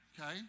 Okay